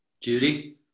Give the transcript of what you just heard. Judy